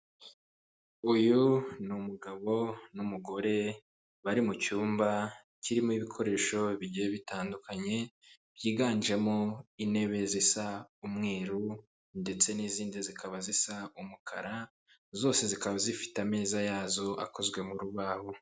Uyu ni umugabo n'umugore bari mu cyumba kirimo ibikoresho bigiye bitandukanye byiganjemo intebe zisa umweru ndetse n'izindi zikaba zisa umukara, zose zikaba zifite ameza yazo akozwe mu rubaho.